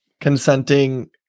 consenting